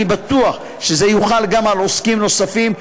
אני בטוח שזה יוחל גם על עוסקים נוספים,